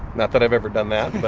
not that i've ever done that but.